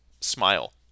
smile